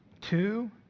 Two